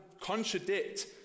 contradict